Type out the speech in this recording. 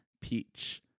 peach